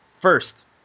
first